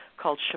Called